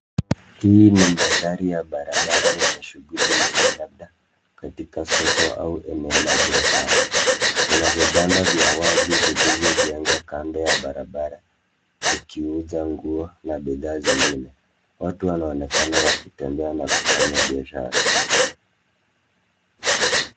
Hii ni mandhari ya barabarani yenye shughuli nyingi labda katika soko au eneo la biashara. Kuna vibanda vya wazi vilivyo jengwa kando ya barabara vikiuza nguo na bidhaa nyingine. Watu wanaonekana wakitembea na kufanya biashara.